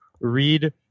read